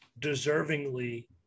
deservingly